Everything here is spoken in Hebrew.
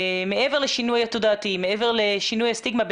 מעבר לשינוי התודעתי ושינוי הסטיגמה,